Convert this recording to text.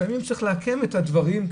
לפעמים צריך לעקם את הדברים,